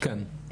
כן.